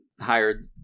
hired